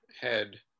head